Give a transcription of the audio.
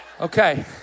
Okay